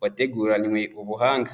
wateguranywe ubuhanga.